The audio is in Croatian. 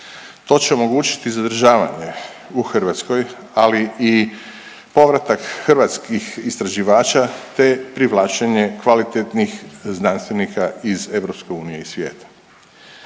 To će omogućiti zadržavanje u Hrvatskoj, ali i povratak hrvatskih istraživača te privlačenje kvalitetnih znanstvenika iz EU i svijeta.